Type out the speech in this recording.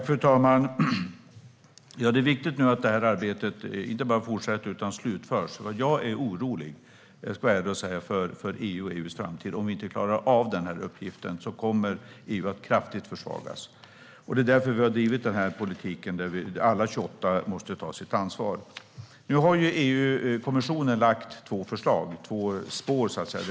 Fru talman! Det är nu viktigt att detta arbete inte bara fortsätter utan slutförs. Jag är orolig - det ska jag vara ärlig och säga - för EU och EU:s framtid. Om vi inte klarar av den här uppgiften kommer EU att kraftigt försvagas. Det är därför vi har drivit den här politiken där alla 28 måste ta sitt ansvar. Nu har ju EU-kommissionen lagt fram två förslag - två spår, så att säga.